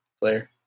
player